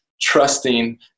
trusting